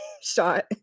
shot